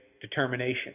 determination